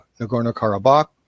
Nagorno-Karabakh